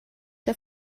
der